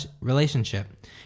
relationship